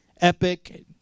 epic